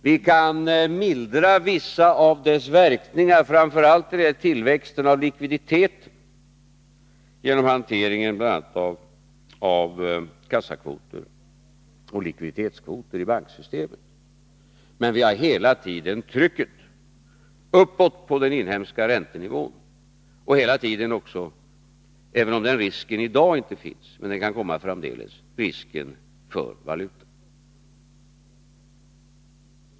Vi kan mildra vissa av deras verkningar, framför allt när det gäller tillväxten av likviditet, genom hanteringen av bl.a. kassakvoter och likviditetskvoter i banksystemet. Men vi har hela tiden trycket uppåt på den inhemska räntenivån och hela tiden också risken — även om den inte finns i dag kan den komma framdeles — för valutan.